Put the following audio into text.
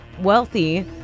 wealthy